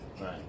Right